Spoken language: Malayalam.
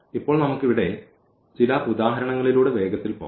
ഇപ്പോൾ നമുക്ക് ഇവിടെ ചില ഉദാഹരണങ്ങളിലൂടെ വേഗത്തിൽ പോകാം